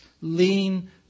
Lean